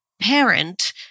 parent